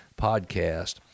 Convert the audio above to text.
podcast